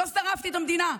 לא שרפתי את המדינה,